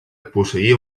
posseïa